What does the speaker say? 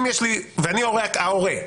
כשאני ההורה,